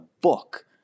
book